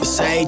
Say